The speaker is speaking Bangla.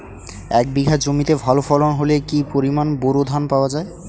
এক বিঘা জমিতে ভালো ফলন হলে কি পরিমাণ বোরো ধান পাওয়া যায়?